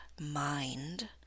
mind